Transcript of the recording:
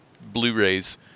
Blu-rays